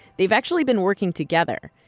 they've actually been working together.